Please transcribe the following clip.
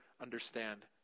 understand